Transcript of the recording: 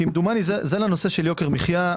כמדומני זה לנושא של יוקר מחיה.